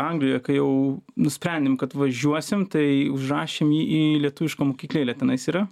anglijoje kai jau nusprendėm kad važiuosim tai užrašėm jį į lietuvišką mokyklėlę tenais yra